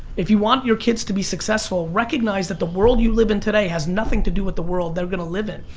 if you want your kids to be successful, recognize that the world you live in today has nothing to do with the world they're going to live in,